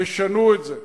תשנו את זה.